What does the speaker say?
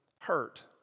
hurt